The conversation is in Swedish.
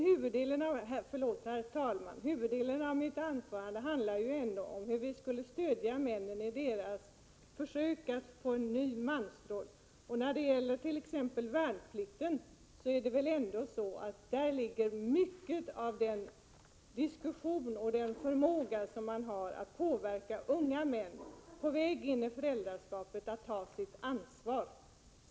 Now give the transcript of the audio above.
Herr talman! Huvuddelen av mitt anförande handlar ju ändå om hur vi skulle stödja männen i deras försök att få en ny mansroll. Inom värnplikten finns mycket av den diskussion och den förmåga som man har att påverka unga män på väg in i föräldraskapet att ta sitt ansvar.